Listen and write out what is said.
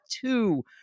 two